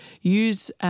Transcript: use